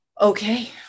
okay